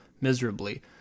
miserably